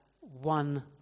one